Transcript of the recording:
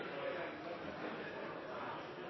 en takk